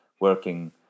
working